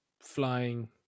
flying